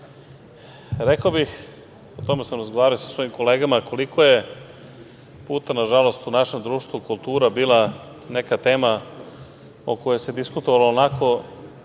rekao bih, o tome sam razgovarao i sa svojim kolegama, koliko je puta na žalost u našem društvu kultura bila neka tema o kojoj se diskutovalo sa